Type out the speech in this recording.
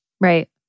Right